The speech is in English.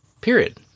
Period